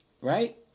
right